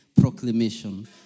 proclamation